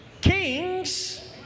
kings